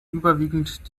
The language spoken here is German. überwiegend